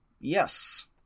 Yes